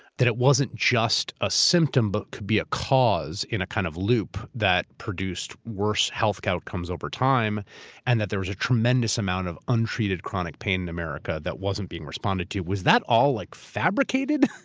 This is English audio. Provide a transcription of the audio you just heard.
that it wasn't just a symptom but could be a cause in a kind of loop that produced worse health outcomes overtime and that there was a tremendous amount of untreated chronic pain in america that wasn't being responded to. was that all like fabricated?